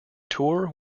tour